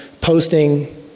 posting